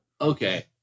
Okay